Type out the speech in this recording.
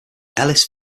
elisa